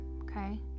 Okay